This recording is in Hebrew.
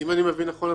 אם אני מבין נכון,